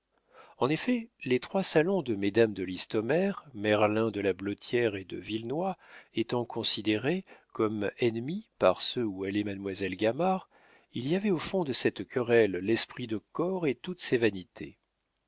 en effet les trois salons de mesdames de listomère merlin de la blottière et de villenoix étant considérés comme ennemis par ceux où allait mademoiselle gamard il y avait au fond de cette querelle l'esprit de corps et toutes ses vanités